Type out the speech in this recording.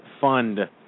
fund